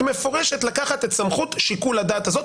מפורשת לקחת את סמכות שיקול הדעת הזאת,